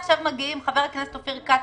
חבר הכנסת אופיר כץ,